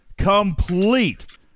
Complete